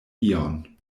ion